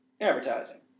advertising